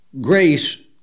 grace